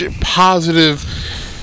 positive